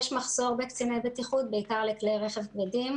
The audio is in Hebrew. שעוסק בבטיחות בדרכים של כלי רכב כבדים.